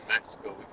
Mexico